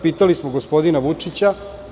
Pitali smo gospodina Vučića.